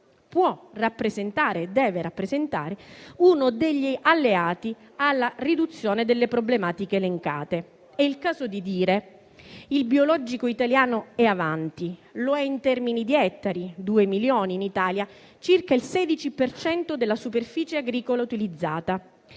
può e deve rappresentare uno degli alleati alla riduzione delle problematiche elencate. È il caso di dire che il biologico italiano è avanti; lo è in termini di ettari, due milioni in Italia, circa il 16 per cento della superficie agricola utilizzata;